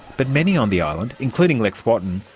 but many on the island, including lex wotton,